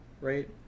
right